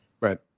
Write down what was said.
Right